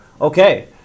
Okay